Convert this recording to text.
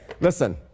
listen